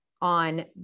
on